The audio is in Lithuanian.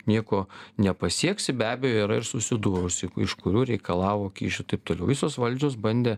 nieko nepasieksi be abejo yra ir susidūrusių iš kurių reikalavo kyšių taip toliau visos valdžios bandė